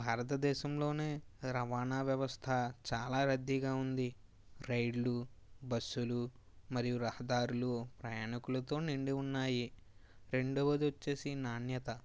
భారతదేశంలోనే రవాణా వ్యవస్థ చాలా రద్దీగా ఉంది రైళ్ళు బస్సులు మరియు రహదారులు ప్రయాణకులతో నిండి ఉన్నాయి రెండవది వచ్చేసి నాణ్యత